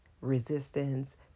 resistance